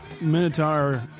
Minotaur